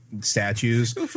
Statues